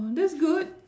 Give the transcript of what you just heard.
oh that's good